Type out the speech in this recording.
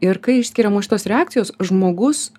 ir kai išskiriamos šitos reakcijos žmogus